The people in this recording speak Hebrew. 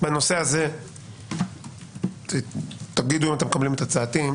בנושא הזה תגידו אם אתם מקבלים את הצעתי.